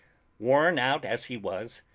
worn out as he was,